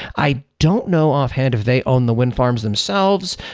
i don't know offhand if they own the windfarms themselves,